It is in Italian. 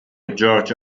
george